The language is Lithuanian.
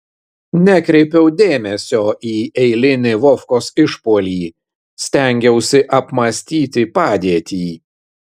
nekreipiau dėmesio į eilinį vovkos išpuolį stengiausi apmąstyti padėtį